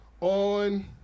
on